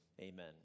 Amen